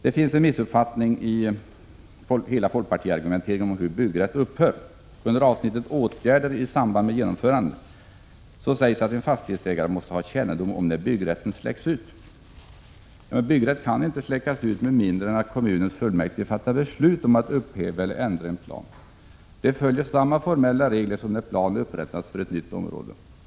Det finns en missuppfattning i hela folkpartiargumenteringen om hur står det att en fastighetsägare måste ha kännedom om när byggrätten släcks ut. Byggrätt kan emellertid inte släckas ut med mindre än att kommunens fullmäktige fattar beslut om att upphäva eller ändra en plan. Detta följer samma formella regler som när plan upprättas för ett nytt område.